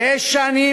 שש שנים,